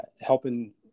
helping